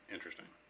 Interesting